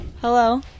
Hello